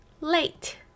Late